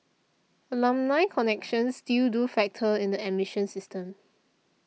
alumni connections still do factor in the admission system